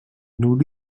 nous